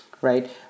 right